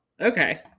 okay